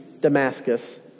Damascus